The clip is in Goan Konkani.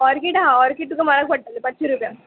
ऑर्कीड आहा ऑर्कीड तुका म्हारग पडटलें पांचशीं रुपया